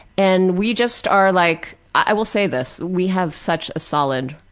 and we just are like, i will say this. we have such a solid,